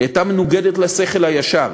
היא הייתה מנוגדת לשכל הישר,